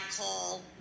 call